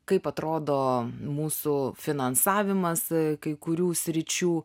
kaip atrodo mūsų finansavimas kai kurių sričių